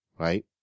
Right